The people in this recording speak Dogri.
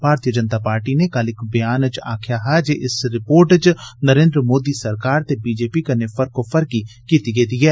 भारती जनता पार्टी नै कल इक ब्यान च आक्खेआ हा जे इक रिर्पोट च नरेन्द मोदी सरकार ते बीजेपी कन्नै फर्कोफर्की कीती गेदी ऐ